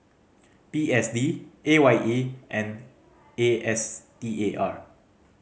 P S D A Y E and A S T A R